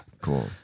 Cool